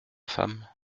femme